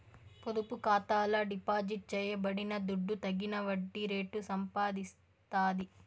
పొదుపు ఖాతాల డిపాజిట్ చేయబడిన దుడ్డు తగిన వడ్డీ రేటు సంపాదిస్తాది